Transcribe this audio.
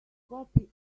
copy